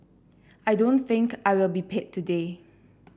I don't think I will be paid today